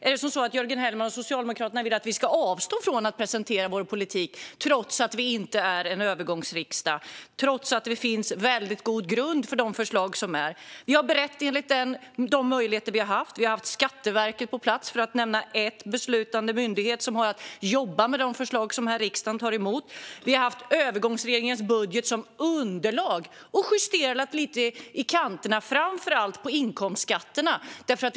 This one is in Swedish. Är det så att Jörgen Hellman och Socialdemokraterna vill att vi ska avstå från att presentera vår politik trots att vi inte är en övergångsriksdag, trots att det finns god grund för de förslag som har lagts fram? Vi har berett förslagen efter de möjligheter som vi har haft. Skatteverket har varit på plats - för att nämna en beslutande myndighet som har att jobba med de förslag som har lämnats till riksdagen. Vi har haft övergångsregeringens budget som underlag och justerat lite i kanterna, framför allt när det gäller inkomstskatterna.